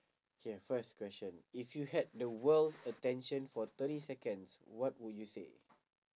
K first question if you had the world's attention for thirty seconds what would you say